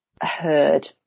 heard